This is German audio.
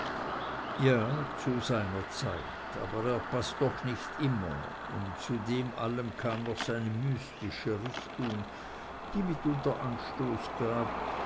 ja zu seiner zeit aber er paßt doch nicht immer und zu dem allen kam noch eine mystische richtung die mitunter anstoß gab